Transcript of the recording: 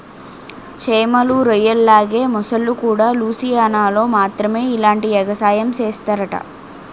చేమలు, రొయ్యల్లాగే మొసల్లుకూడా లూసియానాలో మాత్రమే ఇలాంటి ఎగసాయం సేస్తరట